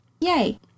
yay